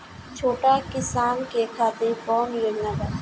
छोटा किसान के खातिर कवन योजना बा?